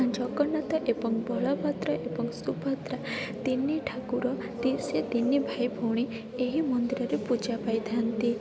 ଜଗନ୍ନାଥ ଏବଂ ବଳଭଦ୍ର ଏବଂ ସୁଭଦ୍ରା ତିନି ଠାକୁର ଦିଇ ସେ ତିନି ଭାଇ ଭଉଣୀ ଏହି ମନ୍ଦିରରେ ପୂଜା ପାଇଥାନ୍ତି